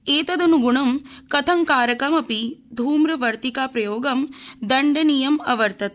एतदनुग्णं कथंकारकमपि ध्रम्प्रवर्तिकाप्रयोगं दण्डनीयं अवर्तत